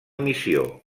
missió